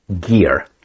gear